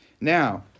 now